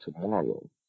tomorrow